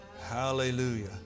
Hallelujah